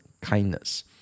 kindness